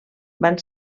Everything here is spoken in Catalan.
van